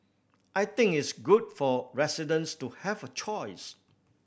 I think it's good for residents to have a choice